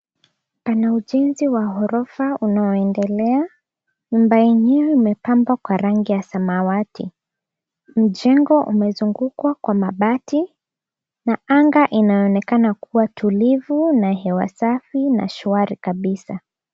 Pana ujenzi wa ghorofa unaoendelea, nyumba yenyewe imepambwa kwa rangi ya samawati. Mjengo umezungukwa kwa mabati na anga inaonekana kuwa tulivu na hewa safi na shwari kabisa.